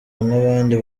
nk’abandi